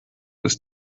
ist